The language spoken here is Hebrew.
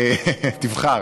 תבחר.